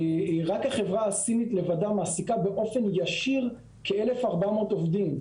רק החברה הסינית לבדה מעסיקה באופן ישיר כאלף ארבע מאות עובדים.